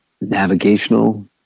navigational